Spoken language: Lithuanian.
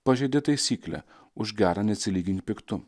pažeidė taisyklę už gerą neatsilygink piktu